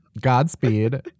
Godspeed